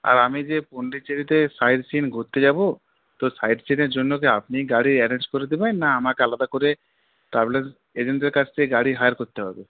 আর আমি যে পন্ডিচেরিতে সাইট সিইং ঘুরতে যাব তো সাইট সিইংয়ের জন্য কি আপনি গাড়ি অ্যারেঞ্জ করে দেবেন না আমাকে আলাদা করে ট্রাভেল এজেন্টদের কাছ থেকে গাড়ি হায়ার করতে হবে